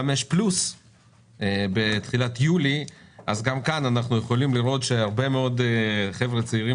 פלוס בתחילת יולי אז גם כאן אנחנו יכולים לראות שהרבה מאוד חבר'ה צעירים